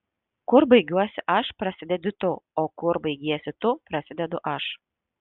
kur baigiuosi aš prasidedi tu o kur baigiesi tu prasidedu aš